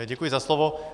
Děkuji za slovo.